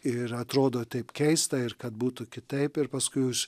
ir atrodo taip keista ir kad būtų kitaip ir paskui už